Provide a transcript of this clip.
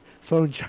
phone